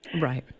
Right